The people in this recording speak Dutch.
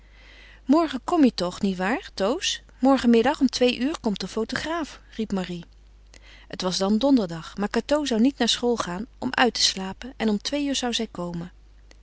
morgen kom je toch niet waar toos morgenmiddag om twee uur komt de fotograaf riep marie het was dan donderdag maar cateau zou niet naar school gaan om uit te slapen en om twee uur zou zij komen